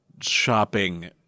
shopping